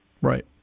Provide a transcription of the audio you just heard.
Right